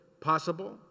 possible